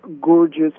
gorgeous